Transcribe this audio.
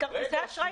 כרטיסי אשראי בלבד.